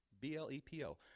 B-L-E-P-O